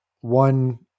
one